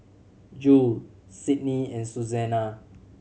Jule Sydnie and Suzanna